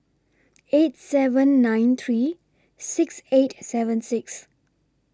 eight seven nine three six eight seven six